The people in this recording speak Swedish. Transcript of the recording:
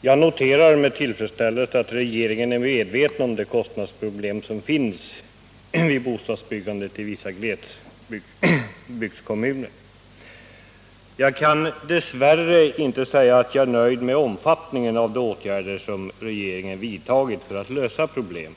Jag noterar med tillfredsställelse att regeringen är medveten om de kostnadsproblem som finns i samband med bostadsbyggandet i vissa glesbygdskommuner. Dess värre kan jag inte säga att jag är nöjd med omfattningen av de åtgärder som regeringen vidtagit för att lösa problemen.